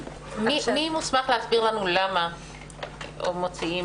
מי מוסמך להסביר לנו למה מוציאים את רצח הקטינים?